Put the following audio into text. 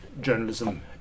journalism